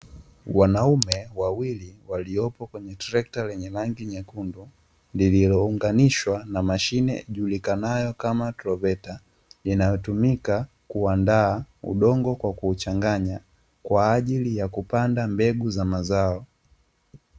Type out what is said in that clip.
Wanaume wawili waliopo kwenye trekta lenye rangi nyekundu, lililounganishwa na mashine linalojulikana kama troveta, linalotumika kuandaa udongo kwa kuuchanga kwaajili ya kupanda mbegu za mazao.